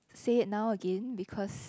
say it now again because